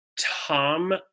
Tom